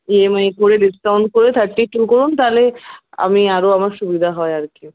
EMI করে discount করে thirty two করুন তাহলে আমি আরও আমার সুবিধা হয় আর কি